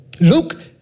look